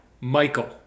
Michael